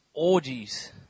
Orgies